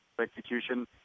execution